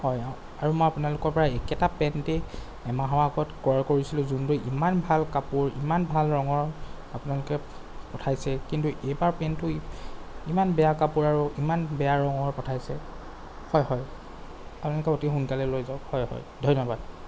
হয় অঁ আৰু মই আপোনালোকৰপৰা একেটা পেণ্টেই এমাহৰ আগত ক্ৰয় কৰিছিলোঁ যোনটো ইমান ভাল কাপোৰ ইমান ভাল ৰঙৰ আপোনালোকে পঠাইছে কিন্তু এইবাৰ পেণ্টটো ইমান বেয়া কাপোৰ আৰু ইমান বেয়া ৰঙৰ পঠাইছে হয় হয় আপোনালোকে অতি সোনকালেই লৈ যাওক হয় হয় ধন্যবাদ